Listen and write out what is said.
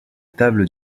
table